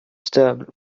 stable